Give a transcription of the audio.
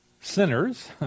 sinners